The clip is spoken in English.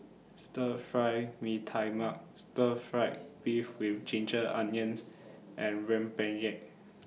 Stir Fry Mee Tai Mak Stir Fried Beef with Ginger Onions and Rempeyek